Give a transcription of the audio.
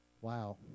Wow